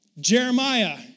Jeremiah